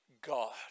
God